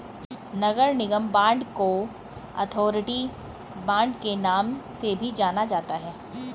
नगर निगम बांड को authority bond के नाम से भी जाना जाता है